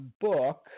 book